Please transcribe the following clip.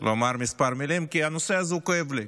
ולומר כמה מילים, כי הנושא הזה כואב לי,